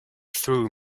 through